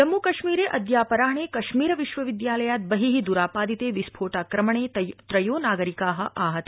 जम्मूकश्मीरम् जम्मूकश्मीर अद्यापराह्ने कश्मीर विश्वविद्यालयात् बहि द्रापादिते विस्फोटाक्रमणे त्रयो नागरिका आहता